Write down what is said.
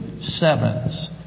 sevens